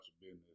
business